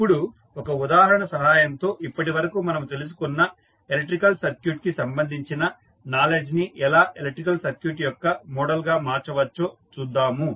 ఇప్పుడు ఒక ఉదాహరణ సహాయంతో ఇప్పటివరకు మనము తెలుసుకున్న ఎలక్ట్రికల్ సర్క్యూట్ కి సంబంధించిన నాలెడ్జ్ ని ఎలా ఎలక్ట్రికల్ సర్క్యూట్ యొక్క మోడల్ గా మార్చవచ్చో చూద్దాము